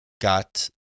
got